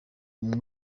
umwe